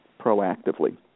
proactively